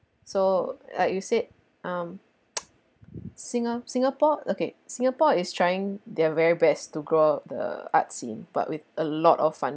so like you said um singa~ singapore okay singapore is trying their very best to grow the art scene but with a lot of